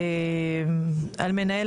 על מנהל